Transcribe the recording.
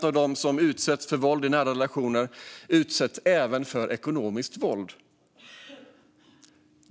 Av dem som utsätts för våld i nära relationer utsätts 75 procent även för ekonomiskt våld.